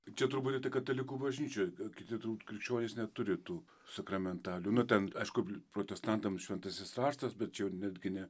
čia turbūt tik katalikų bažnyčioj kiti krikščionys neturi tų sakramentalijų nu ten aišku protestantam šventasis raštas bet čia jau netgi ne